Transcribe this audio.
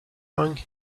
pang